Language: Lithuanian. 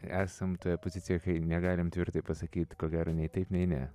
esam toje pozicijoje kai negalim tvirtai pasakyti ko gero nei taip nei ne